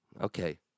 Okay